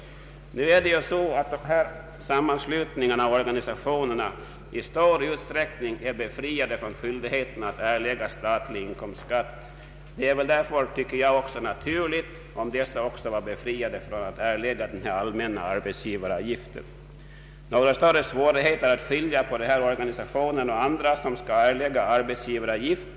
Dessa sammanslutningar och organisationer är i stor utsträckning befriade från skyldigheten att erlägga statlig inkomstskatt. Det vore därför naturligt om de också var befriade från att erlägga allmän arbetsgivaravgift. Några större svårigheter att skilja på dessa organisationer och andra som skall erlägga arbetsgivaravgift Ang.